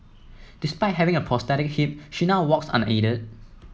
despite having a prosthetic hip she now walks unaided